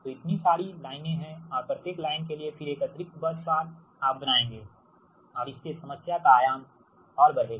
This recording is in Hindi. तो इतनी सारी लाइनें हैं और प्रत्येक लाइन के लिए फिर एक अतिरिक्त बस बार आप बनाएँगे और इससे समस्या का आयाम बढ़ेगा